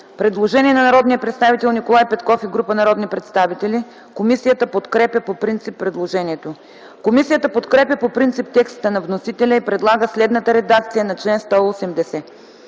предложение на народния представител Николай Петков и група народни представители. Комисията подкрепя по принцип предложението. Комисията подкрепя по принцип текста на вносителя и предлага следната редакция на чл.